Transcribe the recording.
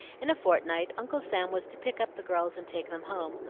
in a fortnight uncle sam was to pick up the girls and take them home,